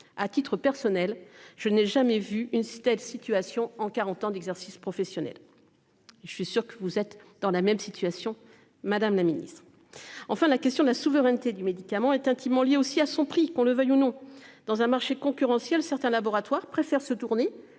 À titre personnel je n'ai jamais vu une stèle situation en 40 ans d'exercice professionnel. Je suis sûr que vous êtes dans la même situation, madame la Ministre. Enfin, la question de la souveraineté du médicament est intimement liée aussi à son prix, qu'on le veuille ou non, dans un marché concurrentiel certains laboratoires préfèrent se tourner.